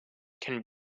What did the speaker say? can